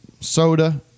soda